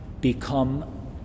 become